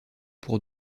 pour